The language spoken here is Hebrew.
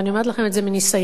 ואני אומרת לכם את זה מניסיון,